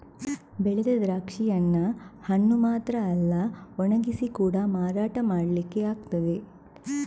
ಬೆಳೆದ ದ್ರಾಕ್ಷಿಯನ್ನ ಹಣ್ಣು ಮಾತ್ರ ಅಲ್ಲ ಒಣಗಿಸಿ ಕೂಡಾ ಮಾರಾಟ ಮಾಡ್ಲಿಕ್ಕೆ ಆಗ್ತದೆ